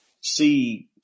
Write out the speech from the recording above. see